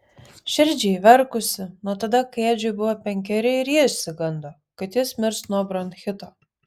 širdžiai verkusi nuo tada kai edžiui buvo penkeri ir ji išsigando kad jis mirs nuo bronchito